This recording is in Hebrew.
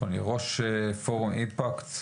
ראש פורום אימפקט,